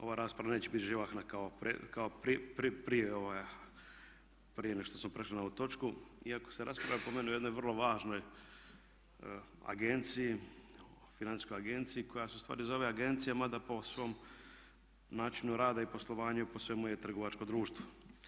Ova rasprava neće biti živahna kao prije ova, prije nego što smo prešli na ovu točku iako se raspravlja po meni o jednoj vrlo važnoj agenciji, Financijskoj agenciji koja se u stvari zove agencija mada po svom načinu rada i poslovanja i po svemu je trgovačko društvo.